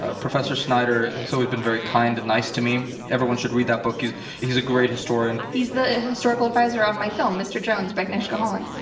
ah professor snyder has always been very kind and nice to me. everyone should read that book. he's he's a great historian. he's the historical advisor on my film, mr. jones, by agnieszka holland.